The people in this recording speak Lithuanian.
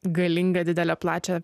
galingą didelę plačią